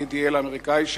ה-ADL האמריקני,